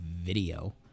video